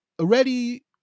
already